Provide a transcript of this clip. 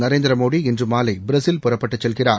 நரேந்திர மோடி இன்று மாலை பிரேஸில் புறப்பட்டுச் செல்கிறார்